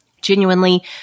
genuinely